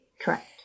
Correct